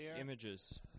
images